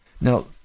Now